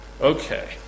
Okay